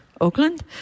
Oakland